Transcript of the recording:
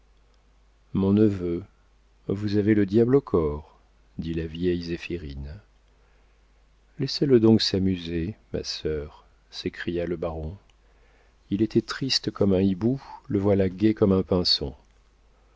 mon neveu vous avez le diable au corps dit la vieille zéphirine laissez-le donc s'amuser ma sœur s'écria le baron il était triste comme un hibou le voilà gai comme un pinson